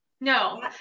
No